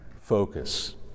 focus